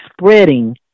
spreading